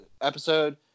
episode